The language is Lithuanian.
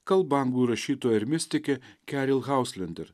kalba anglų rašytoja ir mistikė keril hauslender